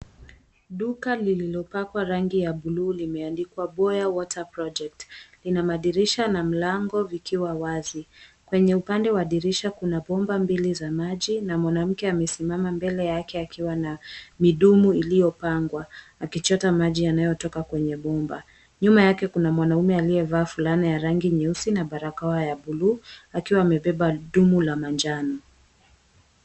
Duka lililopakwa rangi ya buluu limeandikwa, Boya Water Project, lina madirisha na mlango vikiwa wazi. Kwenye upande wa dirisha kuna bomba mbili za maji na mwanamke amesimama mbele yake akiwa na midumu iliyopangwa, akichota maji yanayotoka kwenye bomba. Nyuma yake kuna mwanaume aliyevaa fulana ya rangi nyeusi na barakoa ya buluu, akiwa amebeba dumu la manjano.